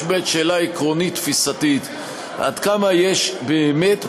יש באמת שאלה עקרונית-תפיסתית עד כמה יש באמת,